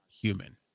human